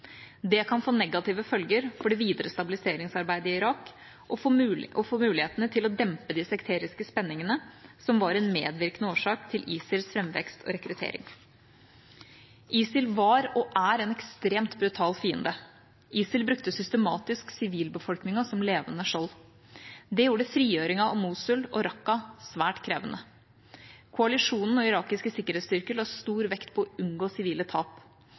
Det kan få negative følger for det videre stabiliseringsarbeidet i Irak og for mulighetene til å dempe de sekteriske spenningene som var en medvirkende årsak til ISILs framvekst og rekruttering. ISIL var og er en ekstremt brutal fiende. ISIL brukte systematisk sivilbefolkningen som levende skjold. Det gjorde frigjøringen av Mosul og Raqqa svært krevende. Koalisjonen og irakiske sikkerhetsstyrker la stor vekt på å unngå sivile tap.